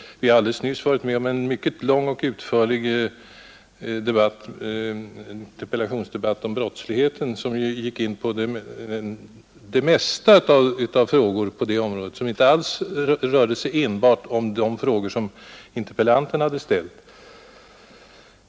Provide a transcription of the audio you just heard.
Vi har alldeles nyss varit med om ett mycket lång och utförlig interpellationsdebatt om brottsligheten, där man gick in på det mest skilda problem på det området och inte alls höll sig enbart till de frågor som interpellanterna hade ställt.